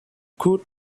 could